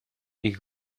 ich